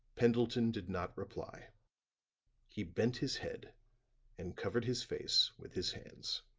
pendleton did not reply he bent his head and covered his face with his hands.